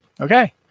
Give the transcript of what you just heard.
Okay